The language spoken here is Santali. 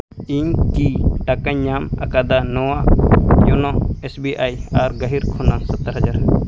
ᱤᱧ ᱠᱤ ᱴᱟᱠᱟᱧ ᱧᱟᱢ ᱟᱠᱟᱫᱟ ᱱᱚᱣᱟ ᱤᱭᱩᱱᱳ ᱮᱥ ᱵᱤ ᱟᱭ ᱟᱨ ᱜᱟᱹᱦᱤᱨ ᱠᱷᱚᱱᱟᱜ ᱥᱚᱛᱨᱚ ᱦᱟᱡᱟᱨ